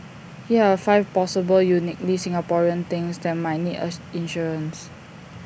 here are five possible uniquely Singaporean things that might need insurance